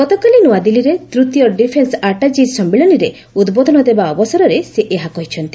ଗତକାଲି ନୂଆଦିଲ୍ଲୀରେ ତୂତୀୟ ଡିଫେନ୍ସ ଆଟାଚିଜ ସମ୍ମିଳନୀରେ ଉଦ୍ବୋଧନ ଦେବା ଅବସରରେ ସେ ଏହା କହିଛନ୍ତି